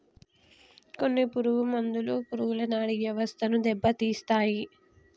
కొన్ని పురుగు మందులు పురుగుల నాడీ వ్యవస్థను దెబ్బతీస్తాయి